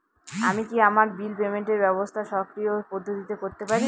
আমি কি আমার বিল পেমেন্টের ব্যবস্থা স্বকীয় পদ্ধতিতে করতে পারি?